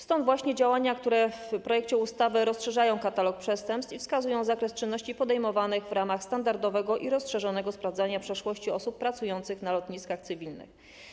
Stąd właśnie działania, które w projekcie ustawy rozszerzają katalog przestępstw i wskazują zakres czynności podejmowanych w ramach standardowego i rozszerzonego sprawdzania przeszłości osób pracujących na lotniskach cywilnych.